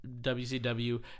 WCW